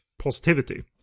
positivity